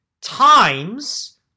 times